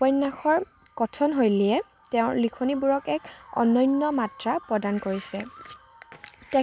উপন্যাসৰ কথনশৈলীয়ে তেওঁৰ লিখনিবোৰক এক অনন্য মাত্ৰা প্ৰদান কৰিছে